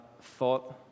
thought